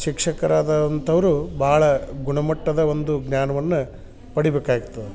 ಶಿಕ್ಷಕರಾದಂಥವ್ರು ಭಾಳ ಗುಣಮಟ್ಟದ ಒಂದು ಜ್ಞಾನವನ್ನು ಪಡಿಬೇಕಾಗ್ತದೆ